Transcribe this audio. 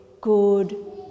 good